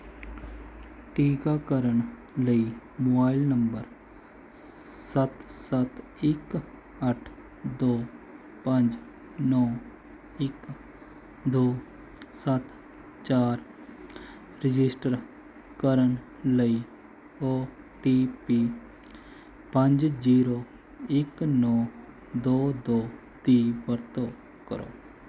ਟੀਕਾਕਰਨ ਲਈ mobile number ਸੱਤ ਸੱਤ ਇੱਕ ਅੱਠ ਦੋ ਪੰਜ ਨੌਂ ਇੱਕ ਦੋ ਸੱਤ ਚਾਰ ਰਜਿਸਟਰ ਕਰਨ ਲਈ ਓ ਟੀ ਪੀ ਪੰਜ ਜੀਰੋ ਇੱਕ ਨੌਂ ਦੋ ਦੋ ਦੀ ਵਰਤੋਂ ਕਰੋ